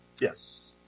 Yes